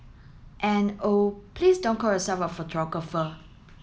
and oh please don't call yourself a photographer